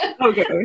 Okay